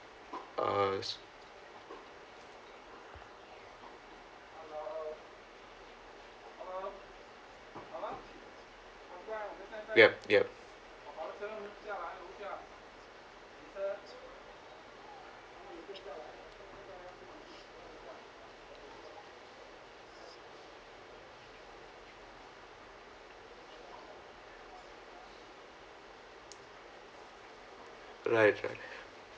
uh yup yup right right